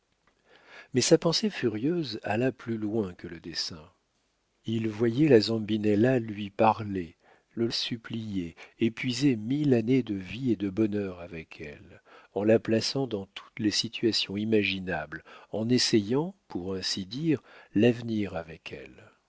mais sa pensée furieuse alla plus loin que le dessin il voyait la zambinella lui parlait la suppliait épuisait mille années de vie et de bonheur avec elle en la plaçant dans toutes les situations imaginables en essayant pour ainsi dire l'avenir avec elle